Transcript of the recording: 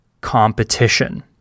competition